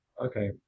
okay